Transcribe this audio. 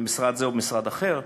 יהיה במשרד זה או במשרד אחר,